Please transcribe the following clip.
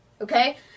Okay